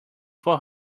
four